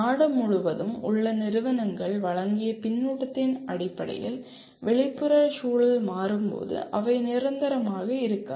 நாடு முழுவதும் உள்ள நிறுவனங்கள் வழங்கிய பின்னூட்டத்தின் அடிப்படையில் வெளிப்புற சூழல் மாறும்போது அவை நிரந்தரமாக இருக்காது